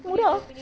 murah ah